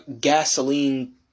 gasoline